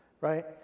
right